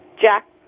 Jack